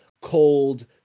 cold